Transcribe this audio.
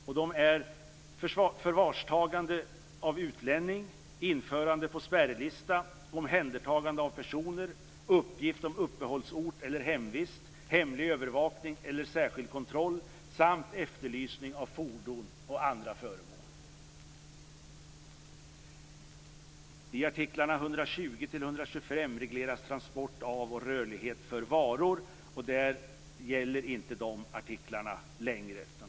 Dessa är förvarstagande för utlämning, införande på spärrlista, omhändertagande av personer, uppgift om uppehållsort eller hemvist, hemlig övervakning eller särskild kontroll samt efterlysning av fordon eller andra föremål. I artiklarna 120-125 regleras transport av och rörlighet för varor. Dessa artiklar gäller inte längre.